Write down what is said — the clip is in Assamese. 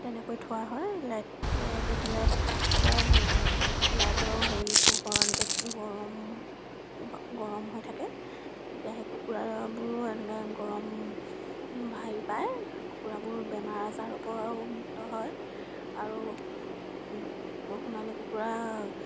তেনেকৈ থোৱা হয় লাইট দি থ'লে লাইটৰো হেৰি পোহৰ এনেকৈ গৰম গৰম হৈ থাকে তেতিয়া সেই কুকুৰাবোৰো এনেকৈ গৰম ভাৰী পায় কুকুৰাবোৰ বেমাৰ আজাৰৰ পৰাও মুক্ত হয় আৰু সোণালী কুকুৰা